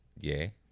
yay